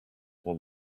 will